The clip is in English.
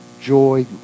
joy